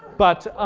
but